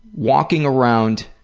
walking around